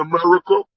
America